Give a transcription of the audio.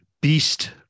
beast